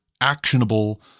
actionable